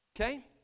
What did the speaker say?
Okay